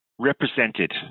represented